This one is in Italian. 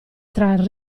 tra